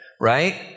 right